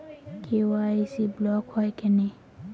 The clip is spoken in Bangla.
কে.ওয়াই.সি ব্লক হয় কেনে?